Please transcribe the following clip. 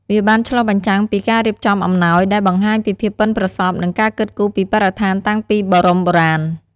វាបានឆ្លុះបញ្ចាំងពី ការរៀបចំអំណោយ ដែលបង្ហាញពីភាពប៉ិនប្រសប់ និងការគិតគូរពីបរិស្ថានតាំងពីបរមបុរាណ។